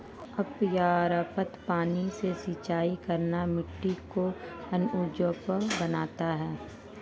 अपर्याप्त पानी से सिंचाई करना मिट्टी को अनउपजाऊ बनाता है